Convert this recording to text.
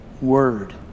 Word